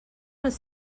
was